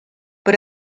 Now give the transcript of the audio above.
but